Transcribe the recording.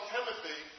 Timothy